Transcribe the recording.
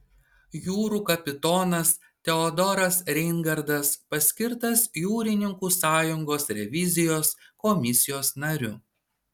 jūrų kapitonas teodoras reingardas paskirtas jūrininkų sąjungos revizijos komisijos nariu